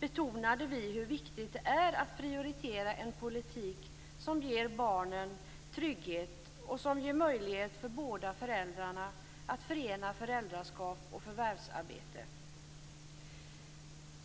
betonade vi hur viktigt det är att prioritera en politik som ger barnen trygghet och som ger möjlighet för båda föräldrarna att förena föräldraskap och förvärvsarbete.